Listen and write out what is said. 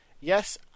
Yes